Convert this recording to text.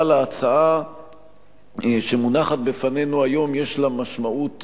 אבל ההצעה שמונחת בפנינו היום יש לה משמעות,